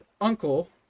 uncle